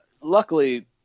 luckily